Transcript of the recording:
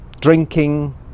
drinking